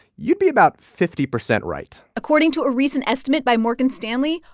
you'd be about fifty percent right according to a recent estimate by morgan stanley,